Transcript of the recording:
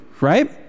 right